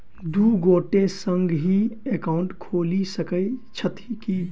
दु गोटे संगहि एकाउन्ट खोलि सकैत छथि की?